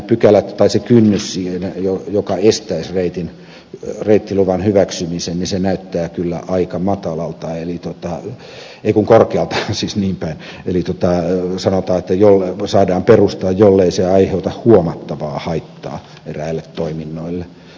se kynnys joka estäisi reittiluvan hyväksymisen näyttää kyllä aika korkealta eli sanotaan että saadaan perustaa jollei se aiheuta huomattavaa haittaa eräille toiminnoille